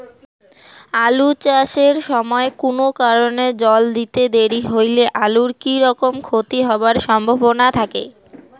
আলু চাষ এর সময় কুনো কারণে জল দিতে দেরি হইলে আলুর কি রকম ক্ষতি হবার সম্ভবনা থাকে?